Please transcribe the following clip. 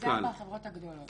שאלה ארבע החברות הגדולות.